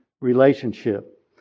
relationship